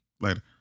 Later